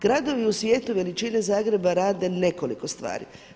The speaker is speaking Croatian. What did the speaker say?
Gradovi u svijetu veličine Zagreba rade nekoliko stvari.